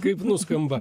kaip nuskamba